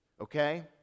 okay